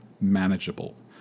Manageable